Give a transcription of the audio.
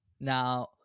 Now